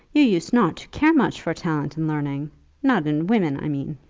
you used not to care much for talent and learning not in women i mean.